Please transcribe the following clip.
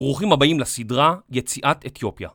ברוכים הבאים לסדרה יציאת אתיופיה.